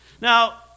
Now